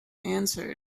answered